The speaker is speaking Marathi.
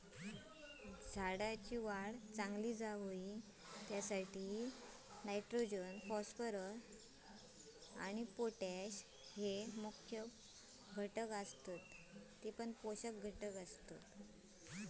झाडाच्या चांगल्या वाढीसाठी नायट्रोजन, फॉस्फरस आणि पोटॅश हये मुख्य पोषक घटक आसत